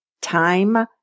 Time